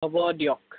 হ'ব দিয়ক